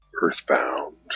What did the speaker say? earthbound